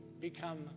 become